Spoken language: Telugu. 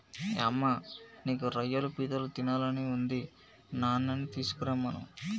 యమ్మ నాకు రొయ్యలు పీతలు తినాలని ఉంది నాన్ననీ తీసుకురమ్మను